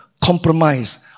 compromise